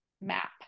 map